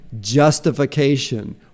justification